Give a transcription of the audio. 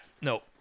no